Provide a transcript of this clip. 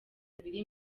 abiri